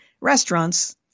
restaurants